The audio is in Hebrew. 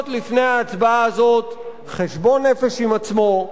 לפני ההצבעה הזאת חשבון נפש עם עצמו,